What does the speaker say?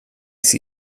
sie